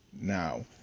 now